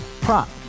Prop